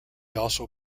also